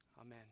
Amen